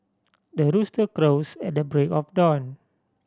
the rooster crows at the break of dawn